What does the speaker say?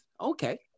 Okay